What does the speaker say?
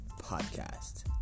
Podcast